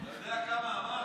אתה יודע כמה הוא אמר?